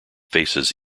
faces